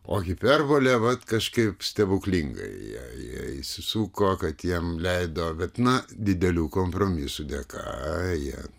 o hiperbolė vat kažkaip stebuklingai jie jie išsisuko kad jiem leido bet na didelių kompromisų dėka jie